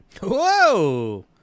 Whoa